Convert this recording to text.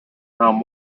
nahm